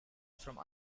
from